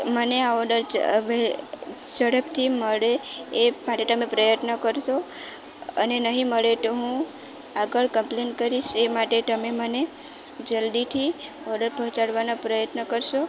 મને આ ઓર્ડર ચ હવે ઝડપથી મળે એ માટે તમે પ્રયત્ન કરશો અને નહીં મળે તો હું આગળ કમ્પ્લેઇન કરીશ એ માટે તમે મને જલ્દીથી ઓર્ડર પહોંચાડવાના પ્રયત્ન કરશો